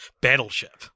Battleship